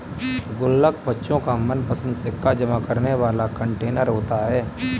गुल्लक बच्चों का मनपंसद सिक्का जमा करने वाला कंटेनर होता है